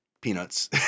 peanuts